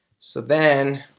so then